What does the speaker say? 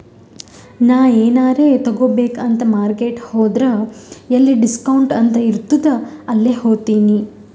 ನಾ ಎನಾರೇ ತಗೋಬೇಕ್ ಅಂತ್ ಮಾರ್ಕೆಟ್ ಹೋದ್ರ ಎಲ್ಲಿ ಡಿಸ್ಕೌಂಟ್ ಅಂತ್ ಇರ್ತುದ್ ಅಲ್ಲೇ ಹೋತಿನಿ